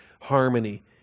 harmony